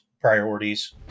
priorities